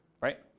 right